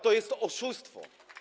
To jest oszustwo.